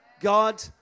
God